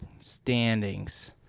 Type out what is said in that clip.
Standings